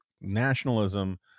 nationalism